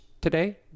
today